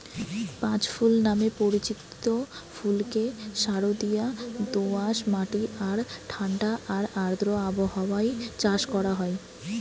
পাঁচু ফুল নামে পরিচিত ফুলকে সারদিয়া দোআঁশ মাটি আর ঠাণ্ডা আর আর্দ্র আবহাওয়ায় চাষ করা হয়